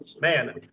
man